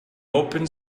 open